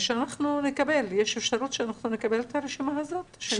יש אפשרות שנקבל את הרשימה הזאת?